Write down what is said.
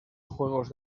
juegos